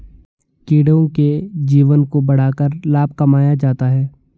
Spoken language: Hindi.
कीड़ों के जीवन को बढ़ाकर लाभ कमाया जाता है